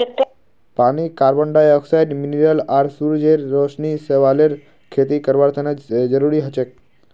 पानी carbon dioxide mineral आर सूरजेर रोशनी शैवालेर खेती करवार तने जरुरी हछेक